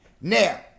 now